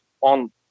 on